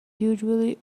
usually